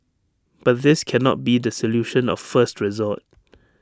but this cannot be the solution of first resort